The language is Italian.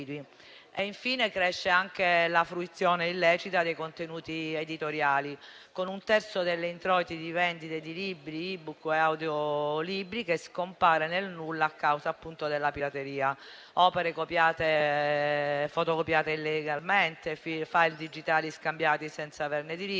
Infine, cresce anche la fruizione illecita dei contenuti editoriali, con un terzo degli introiti di vendite di libri, *e-book* e audiolibri che scompare nel nulla a causa appunto della pirateria: opere fotocopiate illegalmente, *file* digitali scambiati senza averne diritto